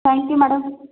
thank you madam